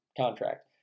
contract